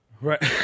Right